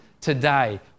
today